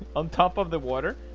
on top of the water.